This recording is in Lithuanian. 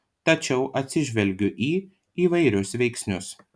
tačiau atsižvelgiu į įvairius veiksnius